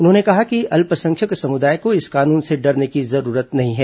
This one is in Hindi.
उन्होंने कहा कि अल्पसंख्यक समुदाय को इस कानून से डरने की जरूरत नहीं है